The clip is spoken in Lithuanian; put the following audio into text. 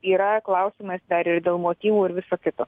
yra klausimas dar ir dėl motyvų ir viso kito